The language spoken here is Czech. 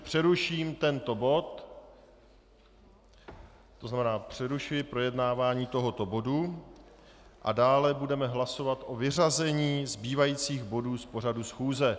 Přeruším tento bod, tzn. přerušuji projednávání tohoto bodu, a dále budeme hlasovat o vyřazení zbývajících bodů z pořadu schůze.